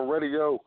Radio